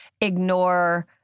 ignore